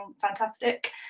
fantastic